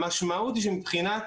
המשמעות היא שמבחינת